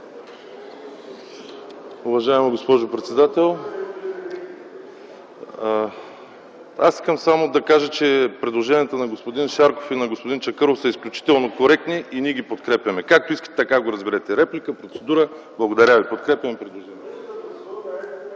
Уважаема госпожо председател, искам само да кажа, че предложенията на господин Шарков и господин Чакъров са изключително коректни и ние ги подкрепяме. (Реплики от КБ.) Както искате, така го разбирайте – реплика, процедура. Благодаря ви. Подкрепяме предложението.